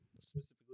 specifically